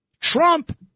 Trump